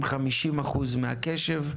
מהקשב?